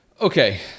okay